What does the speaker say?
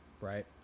Right